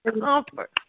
comfort